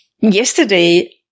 yesterday